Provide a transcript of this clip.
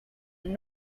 most